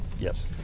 yes